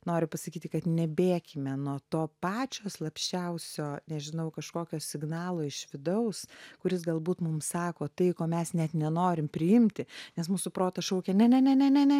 noriu pasakyti kad nebėkime nuo to pačio slapčiausio nežinau kažkokio signalo iš vidaus kuris galbūt mums sako tai ko mes net nenorim priimti nes mūsų protas šaukia ne ne ne ne ne ne